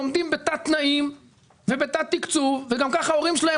מקבל היום 30 אחוזים מהתקצוב שמקבל ילד מקביל שלומד בחינוך